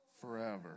forever